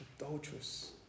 adulterous